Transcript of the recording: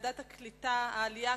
ועדת העלייה,